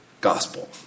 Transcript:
gospel